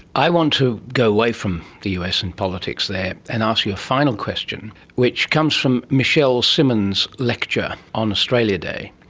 i want to go away from the us and politics there and ask you a final question, which comes from michelle simmons' lecture on australia day,